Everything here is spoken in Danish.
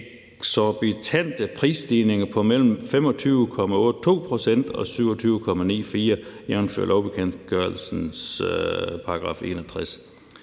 eksorbitante prisstigninger på mellem 25,82% og 27,94%, jf. Lovbekendtgørelse nr. 61